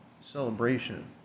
celebration